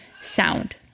sound